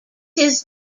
his